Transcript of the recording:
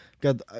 God